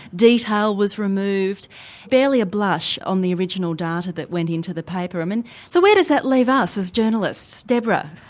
detail was removed barely a blush on the original data that went into the paper. um and so where does that leave us as journalists? deborah.